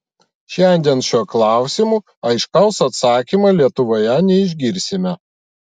šiandien šiuo klausimu aiškaus atsakymo lietuvoje neišgirsime